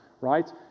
right